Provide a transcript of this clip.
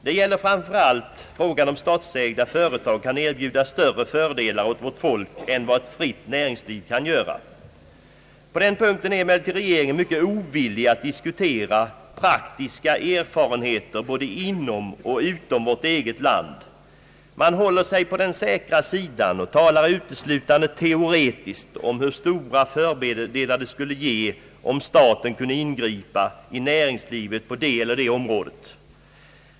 Det gäller framför allt frågan, om statsägda företag kan erbjuda större fördelar åt vårt folk än vad ett fritt näringsliv kan göra. På denna punkt är emellertid regeringen mycket ovillig att diskutera praktiska erfarenheter från vårt eget land och andra länder. Man håller sig på den säkra sidan och talar uteslutande teoretiskt om hur stora fördelar det skulle ge, om staten kunde ingripa i näringslivet på det eller det området.